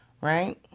Right